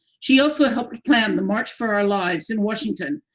she also helped plan the march for our lives in washington,